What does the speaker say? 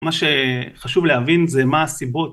מה שחשוב להבין זה מה הסיבות.